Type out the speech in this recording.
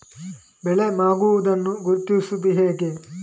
ಬೆಳೆ ಮಾಗುವುದನ್ನು ಗುರುತಿಸುವುದು ಹೇಗೆ?